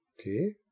Okay